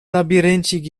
labiryncik